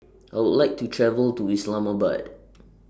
I Would like to travel to Islamabad